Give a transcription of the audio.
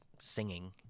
singing